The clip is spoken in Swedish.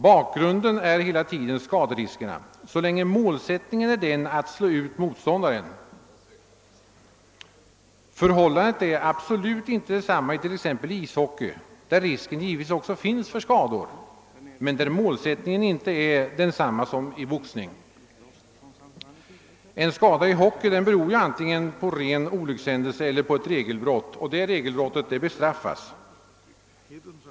Bakgrunden är hela tiden skaderiskerna, så länge målsättningen är att slå ut motståndaren. Förhållandet är absolut inte detsamma i t.ex. ishockey. Där finns, givetvis också risken för skador, men målsättningen är inte densamma som i boxning. En skada i hockey beror antingen på ren olyckshändelse eller på regelbrott, och detta regelbrott bestraffas.